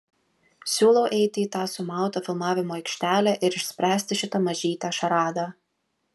siūlau eiti į tą sumautą filmavimo aikštelę ir išspręsti šitą mažytę šaradą